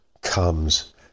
comes